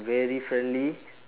very friendly